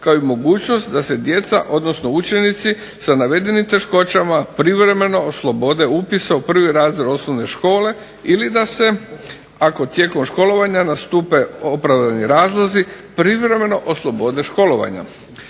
kao i mogućnost da se djeca odnosno učenici sa navedenim teškoćama privremeno oslobode upisa u 1. razred osnovne škole ili da se ako tijekom školovanja nastupe opravdani razlozi, privremeno oslobode školovanja.